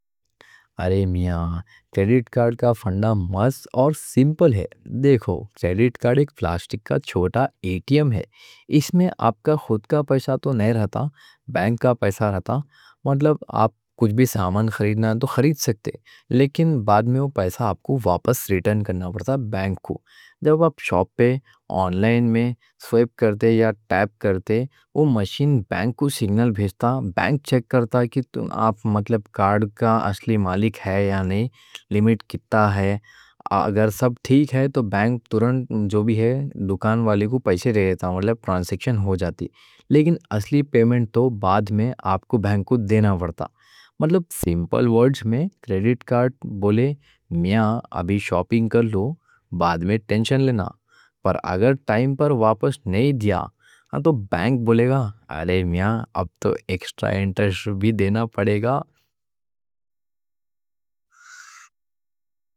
ارے میاں کریڈٹ کارڈ کا فنڈا مست اور سمپل ہے۔ دیکھو کریڈٹ کارڈ ایک پلاسٹک کا چھوٹا اے ٹی ایم ہے۔ اس میں آپ کا خود کا پیسہ تو نہیں رہتا، بینک کا پیسہ رہتا۔ مطلب آپ کچھ بھی سامان خریدنا ہے تو خرید سکتے۔ لیکن بعد میں وہ پیسہ آپ کو واپس ریٹرن کرنا پڑتا بینک کو۔ جب آپ شاپ پے آن لائن میں سویپ کرتے یا ٹیپ کرتے وہ مشین بینک کو سگنل بھیجتا۔ بینک چیک کرتا کہ آپ کارڈ کا اصلی مالک ہے یا نہیں، لیمٹ کتنا ہے۔ اگر سب ٹھیک ہے تو بینک فوراً جو بھی ہے دکاندار کو پیسے دیتا، مطلب ٹرانزیکشن ہو جاتی۔ لیکن اصلی پیمنٹ تو بعد میں آپ کو بینک کو دینا پڑتا۔ مطلب سمپل ورڈز میں کریڈٹ کارڈ بولے میاں، ابھی شاپنگ کر لو، بعد میں ٹینشن لینا۔ پر اگر ٹائم پر واپس نہیں دیا نا تو بینک بولے گا، ارے میاں اب تو ایکسٹرا انٹرسٹ بھی دینا پڑے گا۔